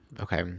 Okay